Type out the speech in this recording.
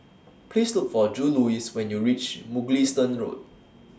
Please Look For Juluis when YOU REACH Mugliston Road